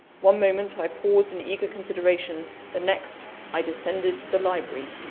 one moment i paused in eager consideration the next, i descended to the library.